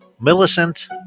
Millicent